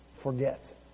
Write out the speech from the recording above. forget